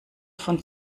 von